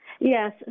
Yes